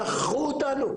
שכחו אותנו,